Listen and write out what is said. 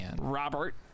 Robert